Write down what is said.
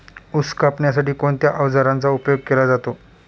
ऊस कापण्यासाठी कोणत्या अवजारांचा उपयोग केला जातो?